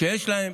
כשיש להם